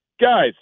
guys